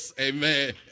Amen